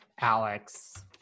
Alex